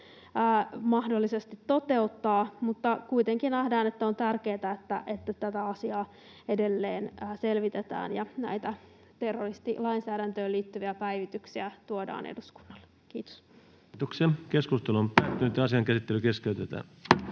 ole yksinkertainen toteuttaa, mutta kuitenkin nähdään, että on tärkeätä, että tätä asiaa edelleen selvitetään ja näitä terroristilainsäädäntöön liittyviä päivityksiä tuodaan eduskunnalle. — Kiitos. [Speech 239] Speaker: Ensimmäinen